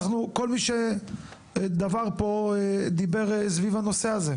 כל מי שדבר פה, דיבר סביב הנושא הזה.